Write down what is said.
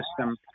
system